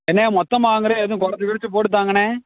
அண்ணே மொத்தமாக வாங்கிறேன் எதுவும் குறைச்சு கிறைத்து போட்டுத்தாங்கண்ணே